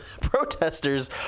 protesters